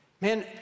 Man